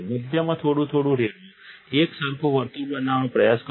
મધ્યમાં થોડું થોડું રેડવું એક સરખું વર્તુળ બનાવવાનો પ્રયાસ કરો